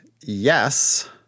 yes